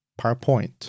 PowerPoint